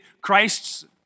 Christ's